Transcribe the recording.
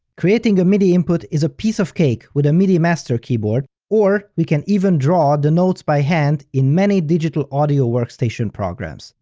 creating a midi input is a piece of cake with a midi master keyboard, or we can even draw the notes by hand in many digital audio workstation programs.